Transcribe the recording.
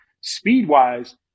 speed-wise